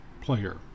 player